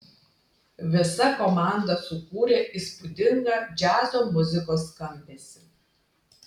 visa komanda sukūrė įspūdingą džiazo muzikos skambesį